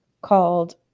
called